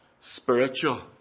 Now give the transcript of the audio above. spiritual